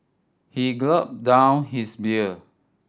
he gulped down his beer